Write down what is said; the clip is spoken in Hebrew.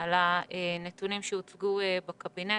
על הנתונים שהוצגו בקבינט,